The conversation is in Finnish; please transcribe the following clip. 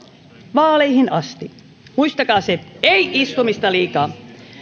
vaaleihin asti muistakaa se ei istumista liikaa